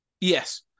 Yes